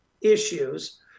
issues